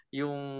yung